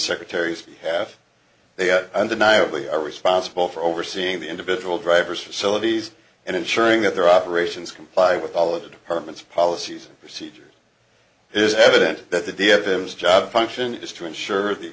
secretaries half they undeniably are responsible for overseeing the individual drivers facilities and ensuring that their operations comply with all of the department's policies and procedures is evident that the adam's job function is to ensure the